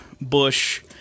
Bush